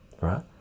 Right